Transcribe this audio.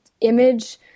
image